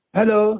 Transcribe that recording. Hello